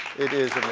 it is